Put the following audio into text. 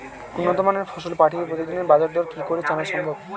উন্নত মানের ফসল পাঠিয়ে প্রতিদিনের বাজার দর কি করে জানা সম্ভব?